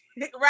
Right